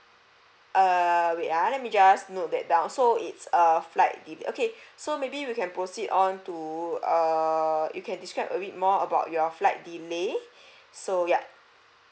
err wait ah let me just note that down so it's a flight delay okay so maybe we can proceed on to err you can describe a bit more about your flight delay so ya